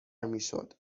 میشد